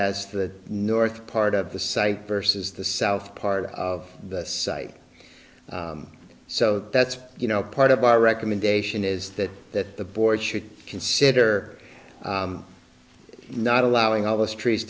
as the north part of the site vs the south part of the site so that's you know part of our recommendation is that that the board should consider not allowing all those trees